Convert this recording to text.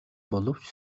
боловч